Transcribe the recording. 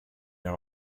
are